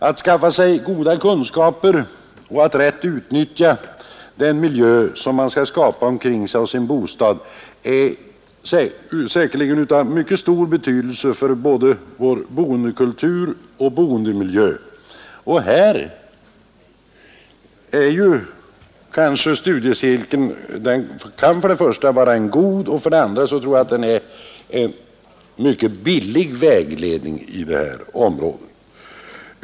Att skaffa sig goda kunskaper och att rätt utnyttja den miljö som man kan skapa kring sig och sin bostad är säkerligen av mycket stor betydelse både för boendekultur och för vår boendemiljö. Studiecirkeln kan vara en god och mycket billig vägledning på detta område.